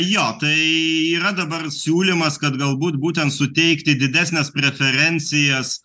jo tai yra dabar siūlymas kad galbūt būtent suteikti didesnes preferencijas